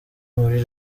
muri